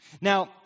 Now